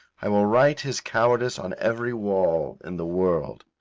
i will write his cowardice on every wall in the world.